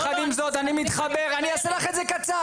יחד עם זאת, אני מתחבר, אני אעשה לך את זה קצר.